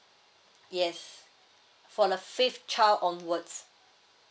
yes for the fifth child onwards